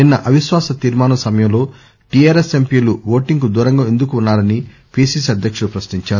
నిన్న అవిశ్వాస తీర్మానం సమయంలో టిఆర్ఎస్ ఎంపీలు దూరంగా ఎందుకు ఉన్నా రని పిసిసి అధ్యకుడు ప్రశ్నించారు